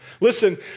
Listen